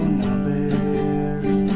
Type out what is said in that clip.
numbers